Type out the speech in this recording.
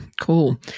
cool